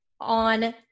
on